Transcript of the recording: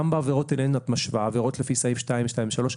גם בעבירות אליהן את משווה לפי סעיף 223,